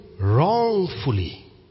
wrongfully